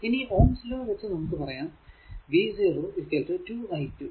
ഇനി Ohm's law വച്ച് നമുക്ക് പറയാം v0 2 i2